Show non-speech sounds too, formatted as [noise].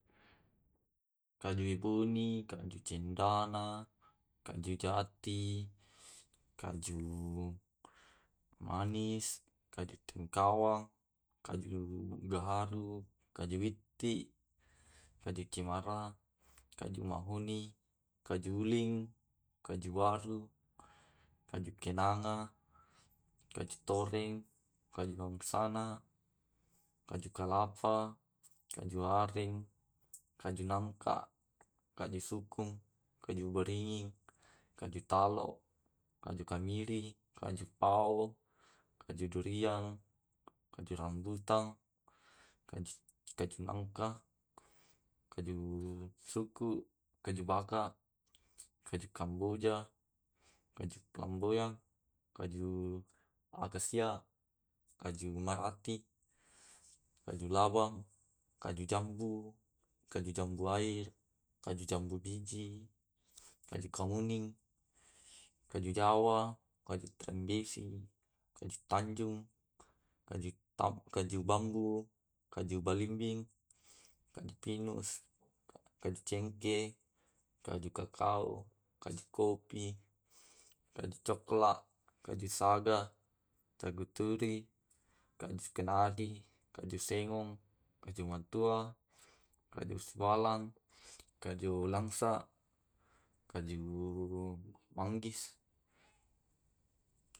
Kaju boni, kaju cendana, kaju jati, kaju manis, kaju tingkawang, [noise] kaju udaharu, kaju bitti, kaju cimara, kaju mahoni. [noise] kaju uling, kaju waru, [noise] kaju kenanga, kaju toreng, kaju mabeksana, kaju kelapa, kaju areng, kaju nangka, kaju sukung, kaju beringing, kaju talok. Kaju kamiri, kaju pao, kaju duriang, kaju rambutang [hesitation] kaju kaju nangka, kaju suku, kaju baka. kaju kamboja. kaju kamboyang, kaju akasia, kaju maratti, kaju lawang, kaju jambu, kaju jambu air, kaju jambu biji, kaju kamuning, kaju jawa, kaju trandesi, kaju tanjung, kaju, [hesitation] kaju bambu, kaju balimbing, kaju pinus, kaju cengke, kaju kakao. kaju kopi, kaju cokla, kaju saga, kaju turi, kaju kenari, kaju sengong, kajua matua, kaju sualang, kaju langsa, kaju manggis. [noise]